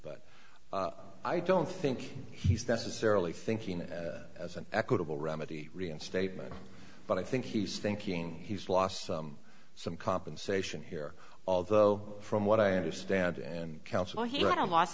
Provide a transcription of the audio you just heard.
but i don't think he's necessarily thinking it as an equitable remedy reinstatement but i think he's thinking he's lost some some compensation here although from what i understand and